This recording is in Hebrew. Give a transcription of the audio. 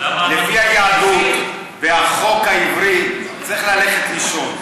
לפי היהדות והחוק העברי צריך ללכת לישון.